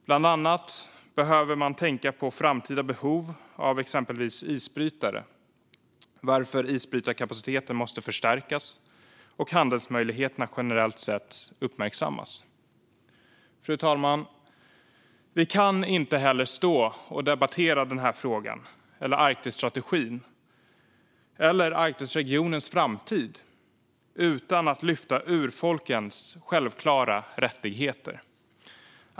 Bland annat behöver man tänka på framtida behov av isbrytare, varför isbrytarkapaciteten måste förstärkas och handelsmöjligheterna generellt uppmärksammas. Fru talman! Vi kan inte heller debattera Arktisstrategin eller Arktisregionens framtid utan att ta upp urfolkens självklara rättigheter.